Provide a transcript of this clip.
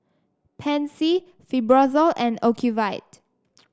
Pansy Fibrosol and Ocuvite